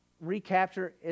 recapture